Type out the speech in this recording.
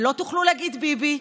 ולא תוכלו להגיד "ביבי",